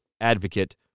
advocate